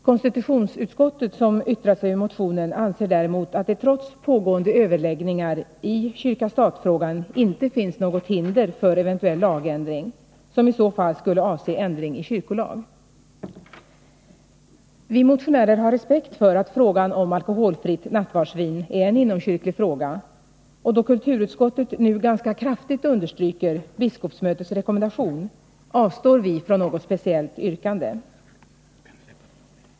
Konstitutionsutskottet, som yttrat sig över motionen, anser däremot att det trots pågående överläggningar i kyrka-stat-frågan inte finns något hinder för eventuell lagändring, som i så fall skulle avse ändring i kyrkolag. Vi motionärer har respekt för att frågan om alkoholfritt nattvardsvin är en inomkyrklig fråga, och då kulturutskottet ganska kraftigt understryker biskopsmötets rekommendation, ställer vi inte något speciellt yrkande.